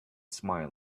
smiling